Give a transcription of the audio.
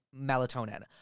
melatonin